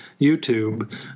youtube